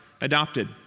adopted